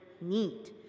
need